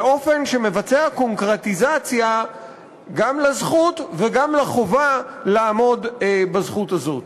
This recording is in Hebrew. באופן שמבצע קונקרטיזציה גם לזכות וגם לחובה לעמוד בזכות הזאת.